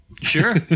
Sure